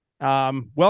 Welcome